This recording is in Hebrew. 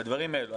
הדברים האלו.